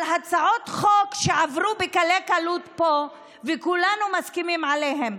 על הצעות חוק שעברו בקלי-קלות פה וכולנו מסכימים עליהן.